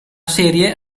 serie